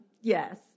yes